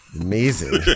amazing